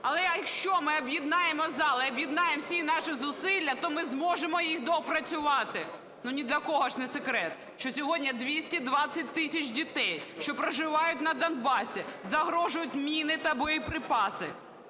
Але, якщо ми об'єднаємо зал і об'єднаємо всі наші зусилля, то ми зможемо їх доопрацювати. Ну не для кого ж не секрет, що сьогодні 220 тисяч дітей, що проживають на Донбасі, загрожують міни та боєприпаси,